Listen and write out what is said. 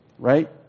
Right